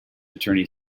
attorney